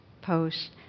post